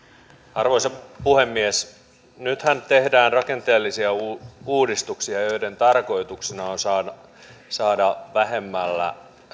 arvoisa puhemies nythän tehdään rakenteellisia uudistuksia joiden tarkoituksena on saada vähemmällä